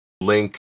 Link